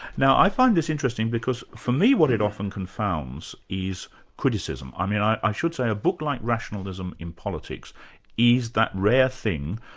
now i find this interesting because for me what it often confounds is criticism. um i should say, a book like rationalism in politics is that rare thing,